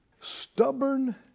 stubborn